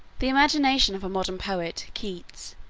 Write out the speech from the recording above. the imagination of a modern poet, keats,